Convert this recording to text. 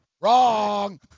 Wrong